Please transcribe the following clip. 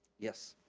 yes.